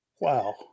Wow